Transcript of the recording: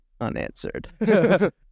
unanswered